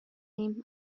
ایم